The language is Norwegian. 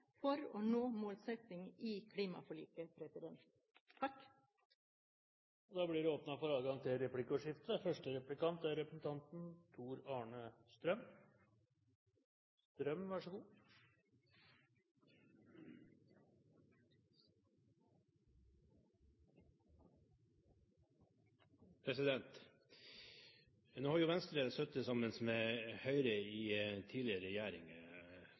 for å nå målsettingen i klimaforliket. Det blir åpnet for replikkordskifte. Nå har jo Venstre sittet sammen med Høyre i tidligere